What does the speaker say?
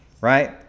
right